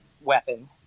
weapon